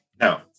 No